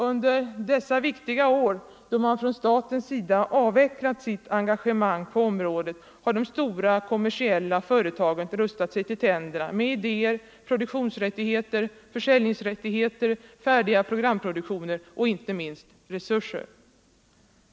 Under dessa viktiga år, då staten avvecklat sitt engagemang på området, har de stora kommersiella företagen rustat sig till tänderna med idéer, produktionsrättigheter, försäljningsrättigheter, färdiga programproduktioner och, inte minst, ekonomiska resurser.